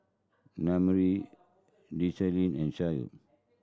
Naomi Desean and Shayla